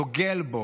דוגל בו,